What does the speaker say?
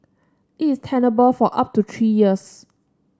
it is tenable for up to three years